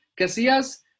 Casillas